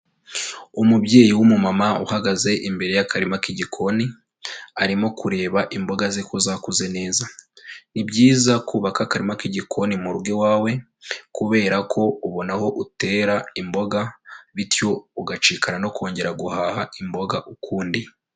Umubyeyi w'umumama uhagaze imbere y'akarima k'igikoni, arimo kureba imboga ze ko zakuze neza, ni byiza kubaka akarima k'igikoni mu rugo iwawe kubera ko ubona aho utera imboga bityo ugacikana no kongera guhaha imboga ukundi.